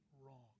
wrong